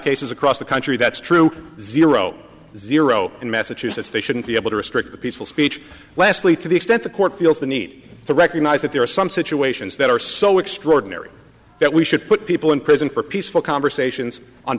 cases across the country that's true zero zero in massachusetts they shouldn't be able to restrict the peaceful speech lastly to the extent the court feels the need to recognize that there are some situations that are so extraordinary that we should put people in prison for peaceful conversations on